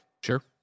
sure